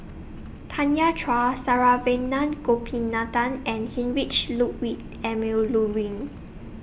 Tanya Chua Saravanan Gopinathan and Heinrich Ludwig Emil Luering